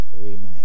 Amen